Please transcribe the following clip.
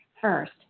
first